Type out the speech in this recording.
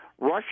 Russia